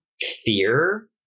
fear